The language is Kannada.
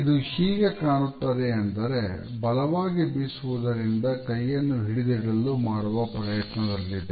ಇದು ಹೇಗೆ ಕಾಣುತ್ತದೆ ಅಂದರೆ ಬಲವಾಗಿ ಬೀಸುವುದರಿಂದ ಕೈಯನ್ನು ಹಿಡಿದಿಡಲು ಮಾಡುವ ಪ್ರಯತ್ನದಲ್ಲಿದೆ